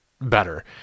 better